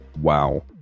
Wow